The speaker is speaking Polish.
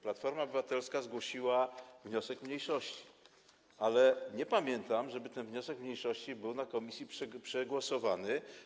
Platforma Obywatelska zgłosiła wniosek mniejszości, ale nie pamiętam, żeby ten wniosek mniejszości był na posiedzeniu komisji przegłosowany.